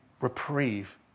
reprieve